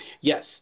Yes